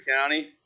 County